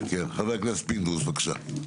חבר הכנסת פינדרוס, בבקשה.